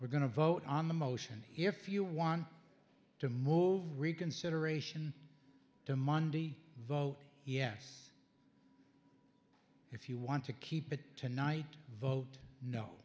we're going to vote on the motion if you want to move reconsideration to monday vote yes if you want to keep it tonight vote no